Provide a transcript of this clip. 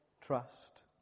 trust